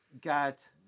got